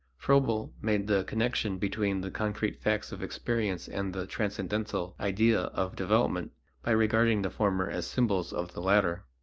froebel made the connection between the concrete facts of experience and the transcendental ideal of development by regarding the former as symbols of the latter.